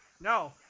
No